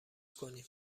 کنیم